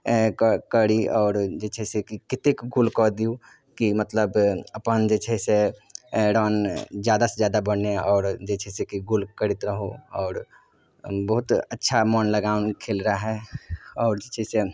करी आओर जे छै से कतेक गोल कऽ दिऔ कि मतलब अपन जे छै से रन जादा से जादा बनै आओर जे छै से कि गोल करैत रहू आओर बहुत अच्छा मन लगाओन खेल रहए आओर जे छै से